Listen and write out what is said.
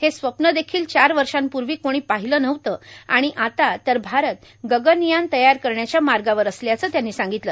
हे स्वप्न देखील चार वर्षापूर्वी कोणी पाहिलं नव्हतं आणि आता तर भारत गगनयान तयार करण्याच्या मार्गावर असल्याचं त्यांनी सांगितलं